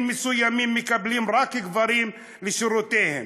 מסוימים מקבלים רק גברים לשורותיהם.